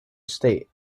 state